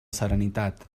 serenitat